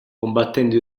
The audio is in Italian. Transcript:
combattendo